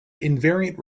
invariant